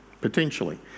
potentially